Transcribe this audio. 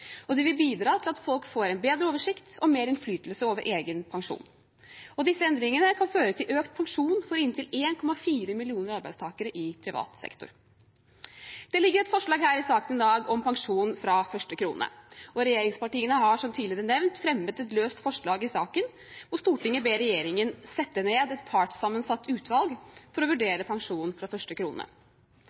vil bidra til at folk får en bedre oversikt og mer innflytelse over egen pensjon. Disse endringene kan føre til økt pensjon for inntil 1,4 millioner arbeidstakere i privat sektor. Det ligger et forslag i saken her i dag om pensjon fra første krone, og regjeringspartiene har, som tidligere nevnt, fremmet et løst forslag i saken, hvor Stortinget ber regjeringen sette ned et partssammensatt utvalg for å vurdere pensjon fra første krone.